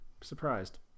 surprised